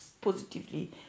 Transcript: positively